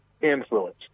influence